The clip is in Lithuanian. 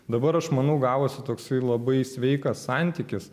dabar aš manau gavosi toksai labai sveikas santykis